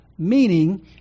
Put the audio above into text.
Meaning